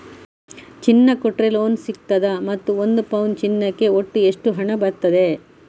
ಚಿನ್ನ ಕೊಟ್ರೆ ಲೋನ್ ಸಿಗ್ತದಾ ಮತ್ತು ಒಂದು ಪೌನು ಚಿನ್ನಕ್ಕೆ ಒಟ್ಟು ಎಷ್ಟು ಹಣ ಬರ್ತದೆ?